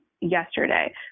yesterday